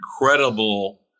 incredible